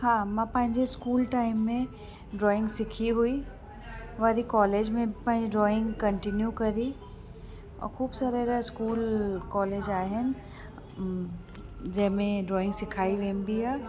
हा मां पंहिंजे स्कूल टाइम में ड्रॉइंग सिखी हुई वरी कॉलेज में पंहिंजी ड्रॉइंग कंटिन्यू करी ऐं ख़ूबु सारे रा स्कूल कॉलेज आहिनि जंहिंमें ड्रॉइंग सिखाई वेंदी आहे